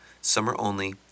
summer-only